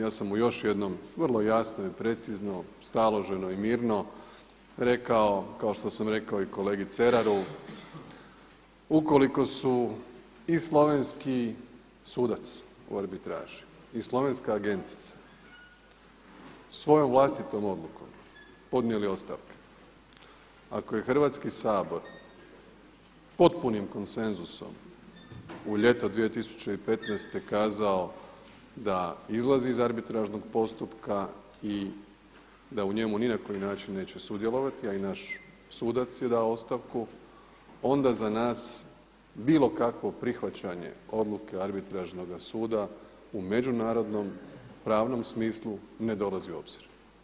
Ja sam mu još jednom vrlo jasno i precizno, staloženo i mirno rekao kao što sam rekao i kolegi Ceraru ukoliko su i slovenski sudac u arbitraži i slovenska agentica svojom vlastitom odlukom podnijeli ostavke, ako je Hrvatski sabor potpunim konsenzusom u ljeto 2015. kazao da izlazi iz arbitražnog postupka i da u njemu ni na koji način neće sudjelovati, a i naš sudac je dao ostavku onda za nas bilo kakvo prihvaćanje odluke Arbitražnoga suda u međunarodnom pravnom smislu ne dolazi u obzir.